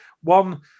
One